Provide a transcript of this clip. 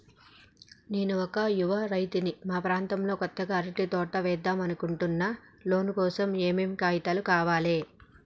నేను ఒక యువ రైతుని మా ప్రాంతంలో కొత్తగా అరటి తోట ఏద్దం అనుకుంటున్నా లోన్ కోసం ఏం ఏం కాగితాలు కావాలే?